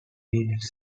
periods